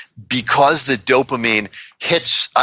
because the dopamine hits, ah